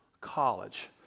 college